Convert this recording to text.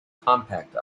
compact